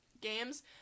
games